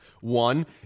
One